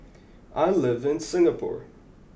I live in Singapore